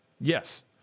Yes